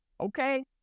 okay